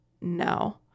no